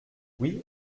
oui